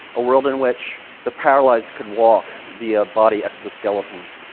a world in which the paralyzed could walk, via body exoskeletons.